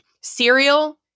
Cereal